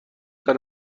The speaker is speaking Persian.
داره